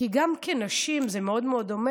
כי גם כנשים זה מאוד מאוד דומה.